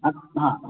हां हां